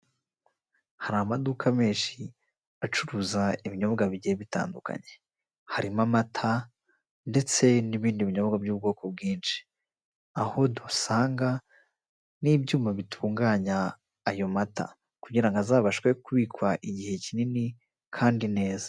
Hari amaduka menshi acuruza ibinyobwa bigiye bitandukanye, harimo amata ndetse n'ibindi binyobwa by'ubwoko bwinshi aho dusanga n'ibyuma bitunganya ayo mata kugirango ngo azabashe kubikwa igihe kinini kandi neza.